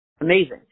Amazing